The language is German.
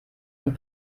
und